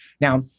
Now